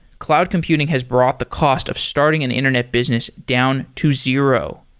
cloud computing has brought the cost of starting an internet business down to zero.